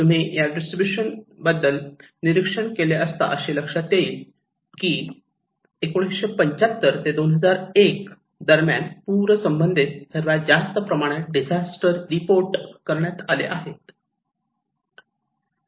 तुम्ही या डिस्ट्रीब्यूशन बद्दल निरीक्षण केले असता लक्षात येईल की 1975 ते 2001 दरम्यान पूर संबंधित सर्वात जास्त प्रमाणात डिजास्टर रिपोर्ट करण्यात आले आहे